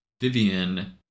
Vivian